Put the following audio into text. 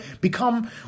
become